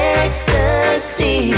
ecstasy